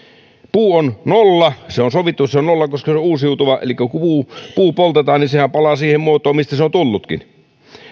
puun on nolla se on sovittu se on nolla koska se on uusiutuva elikkä kun puu puu poltetaan niin sehän palaa siihen muotoon mistä se on tullutkin